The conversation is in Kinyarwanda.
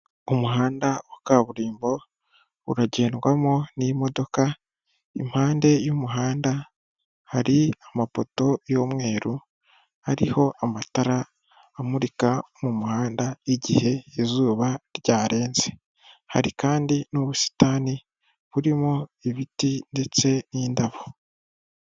Umuhanda wa kaburimbo uragendwamo n'imodoka impande y'umuhanda hari amapoto y'umweru hariho amatara amurika m,umuhanda igihe izuba ryarenze, hari kandi n'ubusitani burimo ibiti ndetse n'indabo.